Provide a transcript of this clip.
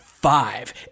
Five